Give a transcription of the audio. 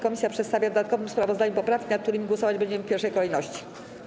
Komisja przedstawia w dodatkowym sprawozdaniu poprawki, nad którymi głosować będziemy w pierwszej kolejności.